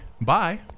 Bye